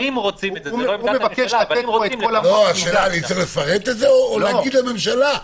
אני צריך לפרט את זה או לומר לממשלה: